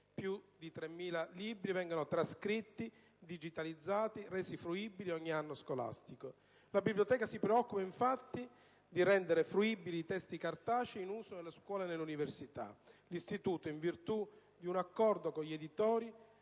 Più di 3.000 libri vengono trascritti, digitalizzati, resi fruibili ogni anno scolastico. La biblioteca si preoccupa, infatti, di rendere fruibili i testi cartacei in uso nelle scuole e nelle università. L'istituto, in virtù di un accordo con gli editori,